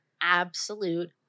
absolute